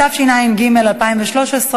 התשע"ג 2013,